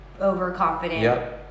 overconfident